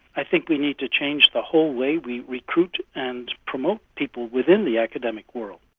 i think we need to change the whole way we recruit and promote people within the academic world.